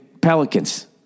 Pelicans